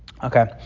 Okay